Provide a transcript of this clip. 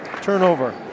Turnover